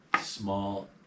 small